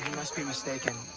must be mistaken.